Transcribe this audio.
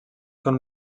són